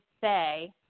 say